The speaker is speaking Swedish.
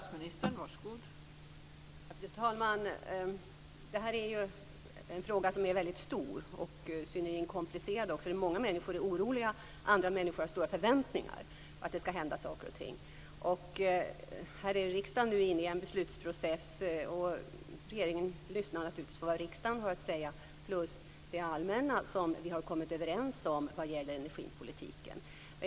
Fru talman! Det här är en fråga som är mycket stor och synnerligen komplicerad. Många människor är oroliga, andra människor har stora förväntningar på att det skall hända saker och ting. Riksdagen är inne i en beslutsprocess, och regeringen lyssnar naturligtvis till vad riksdagen har att säga. Till det kommer det allmänna som vi har kommit överens om vad gäller energipolitiken.